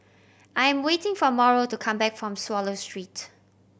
I am waiting for Mauro to come back from Swallow Street